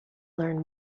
learn